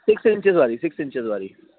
six inches वारी six inches वारी